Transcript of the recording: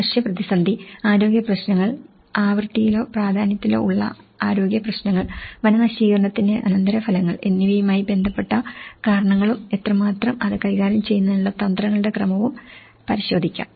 ഭക്ഷ്യപ്രതിസന്ധി ആരോഗ്യപ്രശ്നങ്ങൾ ആവൃത്തിയിലോ പ്രാധാന്യത്തിലോ ഉള്ള ആരോഗ്യപ്രശ്നങ്ങൾ വനനശീകരണത്തിന്റെ അനന്തരഫലങ്ങൾ എന്നിവയുമായി ബന്ധപ്പെട്ട കാരണങ്ങളും എത്രമാത്രം അത് കൈകാര്യം ചെയ്യുന്നതിനുള്ള തന്ത്രങ്ങളുടെ ക്രമവും പരിശോധിക്കാം